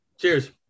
Cheers